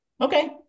Okay